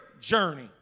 journey